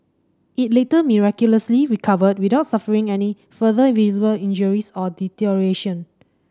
it later miraculously recovered without suffering any further visible injuries or deterioration